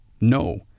No